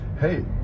Hey